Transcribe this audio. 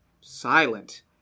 silent